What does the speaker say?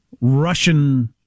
Russian